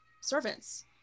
servants